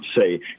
say